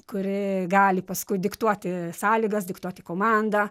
kuri gali paskui diktuoti sąlygas diktuoti komandą